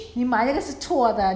then what happened to the 豆腐